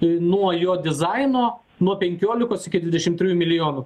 nuo jo dizaino nuo penkiolikos iki dvidešimt trijų milijonų